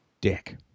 dick